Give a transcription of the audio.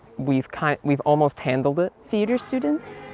we've kind of, we've almost handled it. theater students,